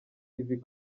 ivy